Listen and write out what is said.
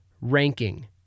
ranking